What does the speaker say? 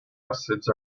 acids